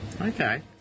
okay